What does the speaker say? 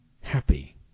happy